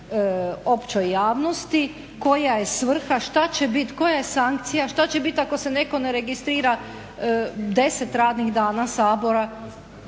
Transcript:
Koja je svrha? Koja je sankcija? Šta će biti ako se netko ne registrira 10 radnih dana Sabora?